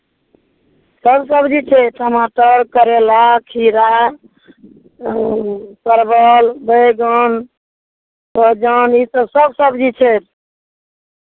सभ सबजी छै टमाटर खीरा करैला परवल बैगन सहजन इसभ सभ सबजी छै